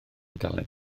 dalent